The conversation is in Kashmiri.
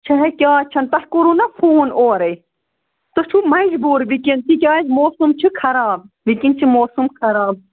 چھِ ہَے کیٛاہ چھَنہٕ تۄہہِ کوٚروٕ نا فون اورَے تُہۍ چھُو مجبوٗر وُنکٮ۪ن تِکیٛازِ موسم چھُ خراب وُنکٮ۪ن چھِ موسم خراب